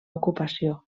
ocupació